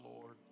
Lord